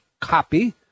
copy